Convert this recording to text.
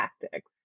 tactics